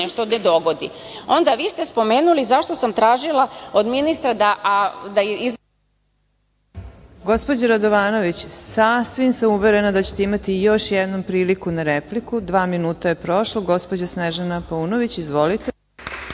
nešto ne dogodi. Onda vi ste spomenuli zašto sam tražila od ministra Dačića….(Isključen